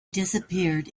disappeared